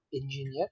engineer